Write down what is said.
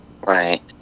Right